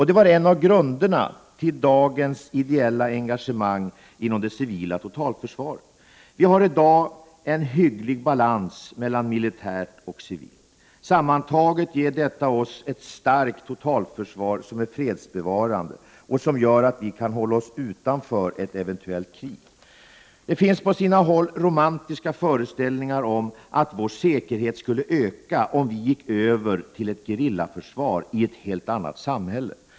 Det var en av grunderna till dagens ideella engagemang inom det civila totalförsvaret. Vi har i dag en hygglig balans mellan militärt och civilt. Sammantaget ger detta oss ett starkt totalförsvar, som är fredsbevarande och som gör att vi kan hålla oss utanför ett eventuellt krig. Det finns på sina håll romantiska föreställningar om att vår säkerhet skulle öka om vi gick över till ett gerillaförsvar i ett helt annat samhälle.